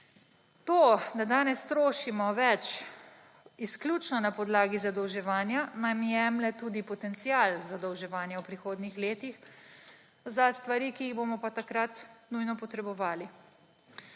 To, da danes trošimo več izključno na podlagi zadolževanja, nam jemlje tudi potencial zadolževanja v prihodnjih letih za stvari, ki jih bomo pa takrat nujno potrebovali.